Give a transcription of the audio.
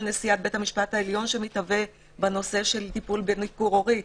נשיאת בית המשפט העליון שמתהווה בנושא של טיפול בניכור הורי.